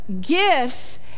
gifts